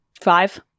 Five